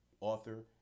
author